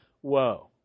whoa